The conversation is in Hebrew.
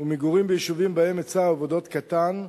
ומגורים ביישובים שבהם היצע העבודות קטן,